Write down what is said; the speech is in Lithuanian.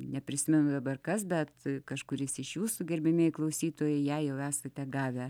neprisimenu dabar kas bet kažkuris iš jūsų gerbiamieji klausytojai ją jau esate gavę